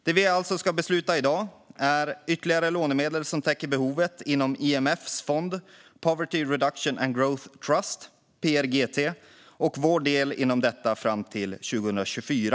Det vi ska besluta om i dag är ytterligare lånemedel som täcker behovet inom IMF:s fond Poverty Reduction and Growth Trust, PRGT. Det gäller vår del inom detta fram till 2024.